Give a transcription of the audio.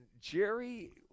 Jerry